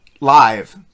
live